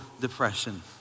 depression